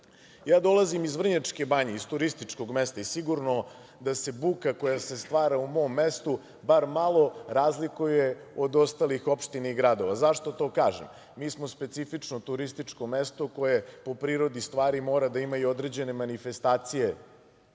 prostoru. Dolazim iz Vrnjačke Banje, iz turističkog mesta i sigurno da se buka koja se stvara u mom mestu bar malo razlikuje od ostalih opština i gradova. Zašto to kažem? Mi smo specifično turističko mesto koje po prirodi stvari mora da ima i određene manifestacije